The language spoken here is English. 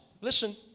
Listen